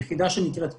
יחידה שנקראת 'פלס',